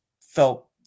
felt